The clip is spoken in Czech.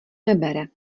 nebere